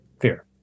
fear